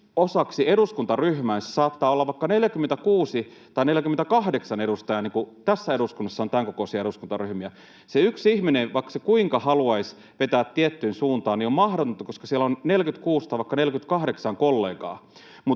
osaksi eduskuntaryhmää. Siinä saattaa olla vaikka 46 tai 48 edustajaa, niin kuin tässä eduskunnassa on tämänkokoisia eduskuntaryhmiä, eli vaikka se yksi ihminen kuinka haluaisi vetää tiettyyn suuntaan, niin se on mahdotonta, koska siellä on 46 tai vaikka 48 kollegaa.